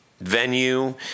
Venue